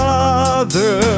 Father